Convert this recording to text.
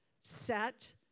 set